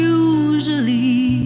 usually